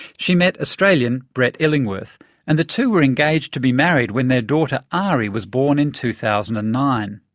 she met australian brett illingworth and the two were engaged to be married when their daughter, ari, was born in two thousand and nine.